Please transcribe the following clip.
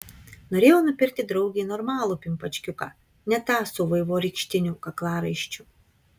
norėjau nupirkti draugei normalų pimpačkiuką ne tą su vaivorykštiniu kaklaraiščiu